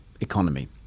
economy